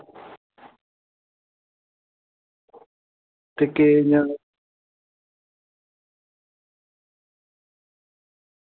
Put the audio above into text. okay इंया